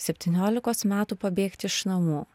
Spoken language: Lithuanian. septyniolikos metų pabėgt iš namų